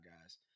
guys